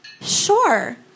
Sure